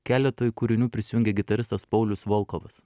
keletui kūrinių prisijungė gitaristas paulius volkovas